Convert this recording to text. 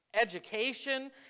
education